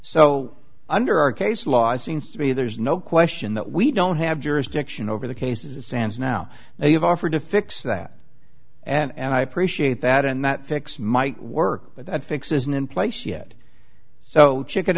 so under our case law seems to me there's no question that we don't have jurisdiction over the cases it stands now they have offered to fix that and i appreciate that and that fix might work but that fix isn't in place yet so chicken